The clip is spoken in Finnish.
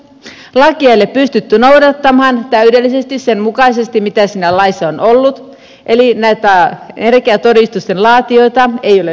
lakia ei ole pystytty noudattamaan täydellisesti sen mukaisesti mitä siinä laissa on ollut eli näitä energiatodistusten laatijoita ei ole löytynyt